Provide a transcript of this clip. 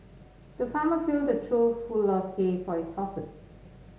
the farmer filled a trough full of hay for his horses